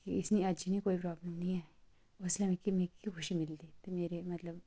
कि इसी अज्ज बी कोई प्राबलम नेईं ऐ उसलै मिगी खुशी मिलदी मतलब मेरे